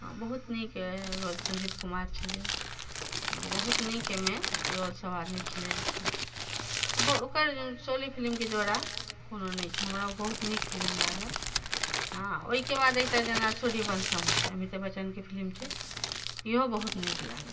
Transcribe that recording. बहुत नीक रोल संजीव कुमार छलैया बहुत नीक ओहिमे रोल सब आदमी खेलेलखिन आ ओकर शोले फिल्मके जोड़ा कोनो नहि छै हमरा बहुत नीक फिलिम लागल हँ ओहिके बाद एकटा जेना सुर्यवंशम छै अमिते बच्चनके फिल्म छै इहो बहुत नीक लागल